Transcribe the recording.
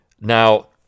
Now